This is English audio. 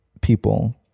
people